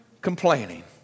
complaining